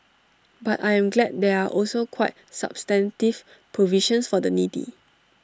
but I am glad there are also quite substantive provisions for the needy